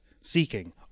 seeking